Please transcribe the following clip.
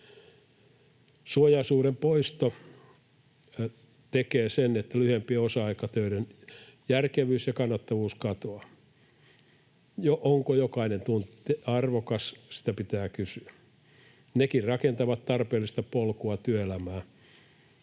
Suojaosuuden poisto tekee sen, että lyhyempien osa-aikatöiden järkevyys ja kannattavuus katoaa. Onko jokainen tunti arvokas, sitä pitää kysyä. Nekin rakentavat tarpeellista polkua työelämään